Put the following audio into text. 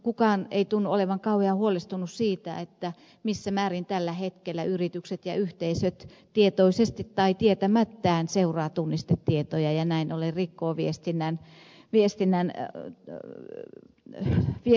kukaan ei tunnu olevan kauhean huolestunut siitä missä määrin tällä hetkellä yritykset ja yhteisöt tietoisesti tai tietämättään seuraavat tunnistetietoja ja näin ollen rikkovat viestinnän suojaa